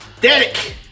Derek